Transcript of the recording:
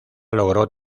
logró